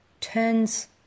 turns